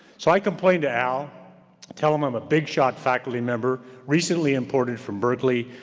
so i complained to al, i tell him i'm a big shot faculty member recently imported from berkeley,